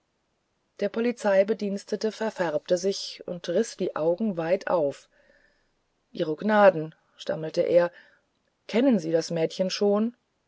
der polizeibediente verfärbte sich und riß die augen weit auf ihro gnaden stammelte er kennen sie das mädchen schon